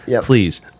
please